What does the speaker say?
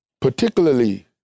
particularly